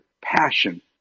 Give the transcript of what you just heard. Passion